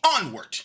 onward